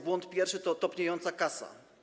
Błąd pierwszy to topniejąca kasa.